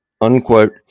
unquote